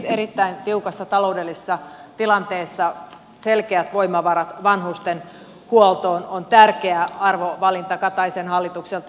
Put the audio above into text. erittäin tiukassa taloudellisessa tilanteessa selkeät voimavarat vanhustenhuoltoon on tärkeä arvovalinta kataisen hallitukselta